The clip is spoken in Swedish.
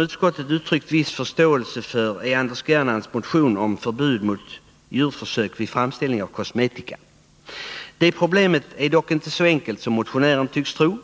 Utskottet uttrycker viss förståelse för Anders Gernandts motion om förbud mot djurförsök vid framställning av kosmetika. Problemet är dock inte så lätt att lösa som motionären tycks tro.